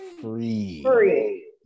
Free